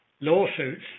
lawsuits